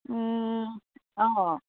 অঁ